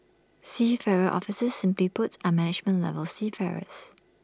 seafarer officers simply put are management level seafarers